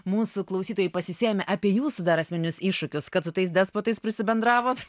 mūsų klausytojai pasisėmę apie jūsų dar esminius iššūkius kad su tais despotais prisibendravot